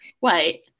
wait